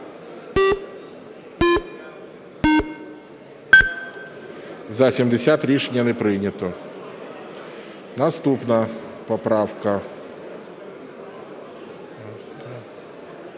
За-70 Рішення не прийнято. Наступна поправка,